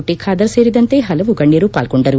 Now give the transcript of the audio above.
T Khader ಸೇರಿದಂತೆ ಹಲವು ಗಣ್ಣರು ಪಾಲ್ಗೊಂಡರು